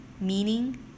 meaning